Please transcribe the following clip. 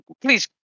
please